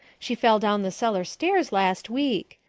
she fell down the cellar stairs last week.